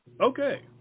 Okay